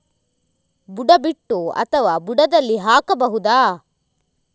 ಬುಡ ಬಿಟ್ಟು ಅಥವಾ ಬುಡದಲ್ಲಿ ಹಾಕಬಹುದಾ?